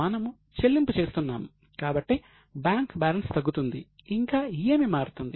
మనము చెల్లింపు చేస్తున్నాము కాబట్టి బ్యాంక్ బ్యాలెన్స్ తగ్గుతుంది ఇంకా ఏమి మారుతుంది